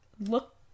look